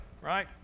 right